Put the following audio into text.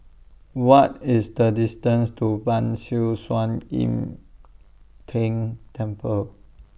What IS The distance to Ban Siew San Im Tng Temple